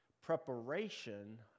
preparation